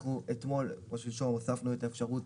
אנחנו אתמול או שלשום הוספנו את האפשרות